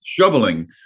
shoveling